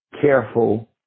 careful